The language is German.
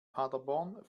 paderborn